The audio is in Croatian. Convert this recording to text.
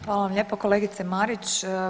Hvala vam lijepo kolegice Marić.